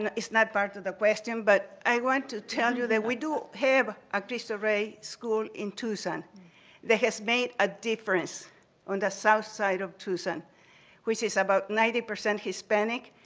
and it's not part of the question, but i want to tell you that we do have a christo rey school in tucson that has made a difference on the south side of tucson which is about ninety percent hispanic.